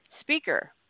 speaker